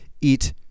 eat